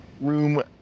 room